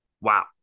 Wow